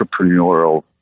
entrepreneurial